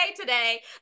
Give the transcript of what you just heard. today